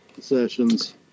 sessions